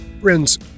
Friends